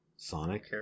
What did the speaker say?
Sonic